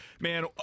man